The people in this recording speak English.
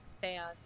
fans